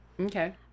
Okay